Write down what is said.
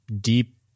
deep